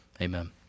Amen